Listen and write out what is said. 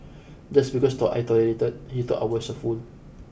just because I tolerated that he thought I was a fool